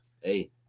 Hey